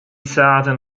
ساعة